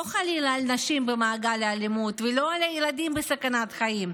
לא חלילה על נשים במעגל האלימות ולא על ילדים בסכנת חיים,